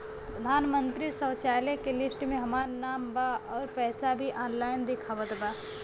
प्रधानमंत्री शौचालय के लिस्ट में हमार नाम बा अउर पैसा भी ऑनलाइन दिखावत बा